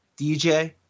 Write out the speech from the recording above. DJ